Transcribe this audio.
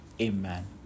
Amen